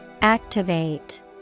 Activate